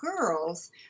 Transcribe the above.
girls